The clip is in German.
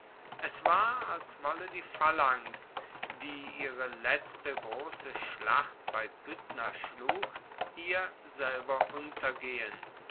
es war als wolle die phalanx die ihre letzte grosse schlacht bei pydna schlug hier selber untergehen